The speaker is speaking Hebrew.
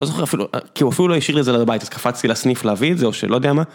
לא זוכר אפילו, כי הוא אפילו לא השאיר לי את זה לבית, אז קפצתי לסניף להביא את זה או שלא יודע מה